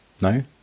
No